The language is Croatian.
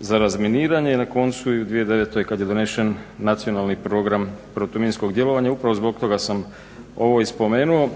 za razminiranje i na koncu i u 2009. kad je donesen Nacionalni program protuminskog djelovanja. Upravo zbog toga sam ovo i spomenuo.